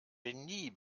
genie